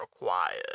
required